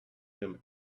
him